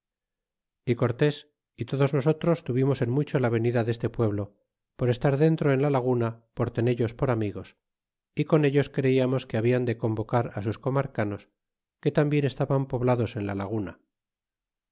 y cortes y todos nosotros tuvimos en mucho la venida deste pueblo por estar dentro en la laguna por tenellos por amigos y con ellos creianios que habian de convocar sus comarcanos que tambien estaban poblados en la laguna